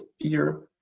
fear